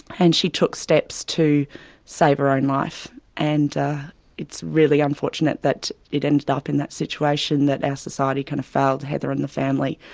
and she took steps to save her own life. and it's really unfortunate that it ended up in that situation, that our ah society kind of failed heather and the family,